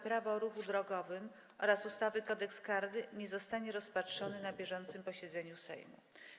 Prawo o ruchu drogowym oraz ustawy Kodeks karny, nie zostanie rozpatrzony na bieżącym posiedzeniu Sejmu.